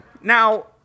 Now